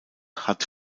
hat